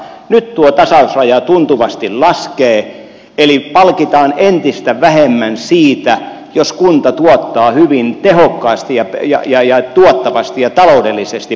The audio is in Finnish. nyt tuo tasausraja tuntuvasti laskee eli palkitaan entistä vähemmän siitä jos kunta tuottaa hyvin tehokkaasti ja tuottavasti ja taloudellisesti palvelut